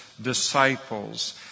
disciples